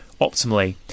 optimally